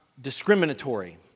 discriminatory